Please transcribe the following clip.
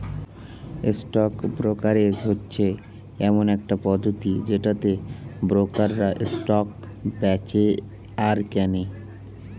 stock brokerage হচ্ছে এমন একটা পদ্ধতি যেটাতে ব্রোকাররা স্টক বেঁচে আর কেনে